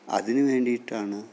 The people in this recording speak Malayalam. അതിനു വേണ്ടിയിട്ടാണ്